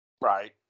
Right